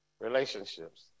relationships